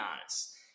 honest